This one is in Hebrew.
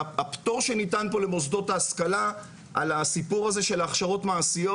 והפטור שניתן פה למוסדות ההשכלה על הסיפור הזה של הכשרות מעשיות,